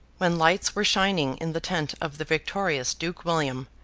when lights were shining in the tent of the victorious duke william,